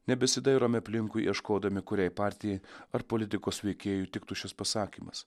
nebesidairome aplinkui ieškodami kuriai partijai ar politikos veikėjui tiktų šis pasakymas